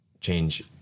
change